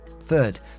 Third